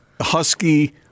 Husky